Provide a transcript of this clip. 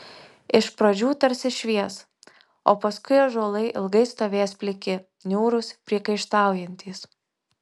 iš pradžių tarsi švies o paskui ąžuolai ilgai stovės pliki niūrūs priekaištaujantys